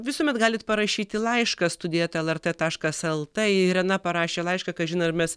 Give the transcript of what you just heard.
visuomet galit parašyti laišką studija eta lrt taškas lt irena parašė laišką kažin ar mes